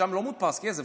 שם לא מודפס כסף,